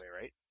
right